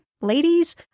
ladies